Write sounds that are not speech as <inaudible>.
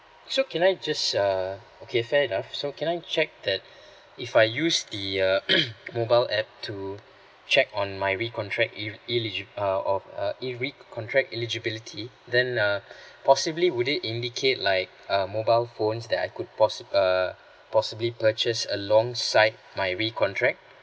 so can I just err okay fair enough so can I check that <breath> if I use the uh <coughs> mobile app to check on my re contract eli~ eligi~ uh of uh e~ re contract eligibility then uh <breath> possibly would it indicate like uh mobile phones that I could possi~ err possibly purchase alongside my re contract